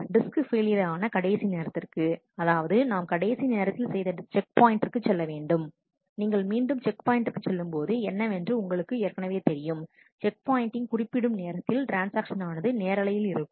disk failure ஆன கடைசி நேரத்திற்கு அதாவது நாம் கடைசி நேரத்தில் செய்த செக் பாயின்ட்டிங்கிற்கு செல்ல வேண்டும் நீங்கள் மீண்டும் செக் பாயின்ட்டிங்கிற்கு செல்லும்போது என்னவென்று உங்களுக்கு ஏற்கனவே தெரியும் செக் பாயின்ட்டிங் குறிப்பிடும் நேரத்தில் ட்ரான்ஸ்ஆக்ஷன் ஆனது நேரலையில் இருக்கும்